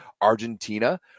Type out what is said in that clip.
Argentina